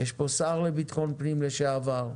יש פה שר לבטחון פנים לשעבר.